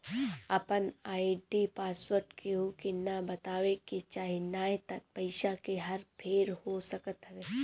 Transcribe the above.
आपन ID password केहू के ना बतावे के चाही नाही त पईसा के हर फेर हो सकत हवे